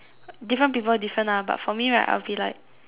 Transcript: different people different lah but for me right I would be like